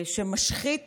שמשחית